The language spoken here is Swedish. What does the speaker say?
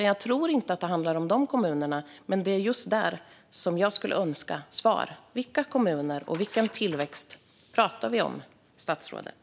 Jag tror inte att det handlar om de kommunerna, men det är just det jag skulle önska svar på. Vilka kommuner och vilken tillväxt pratar vi om, statsrådet?